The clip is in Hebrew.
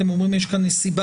אתם אומרים שיש כאן נסיבה,